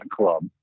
club